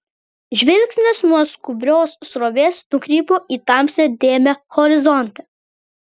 žvilgsnis nuo skubrios srovės nukrypo į tamsią dėmę horizonte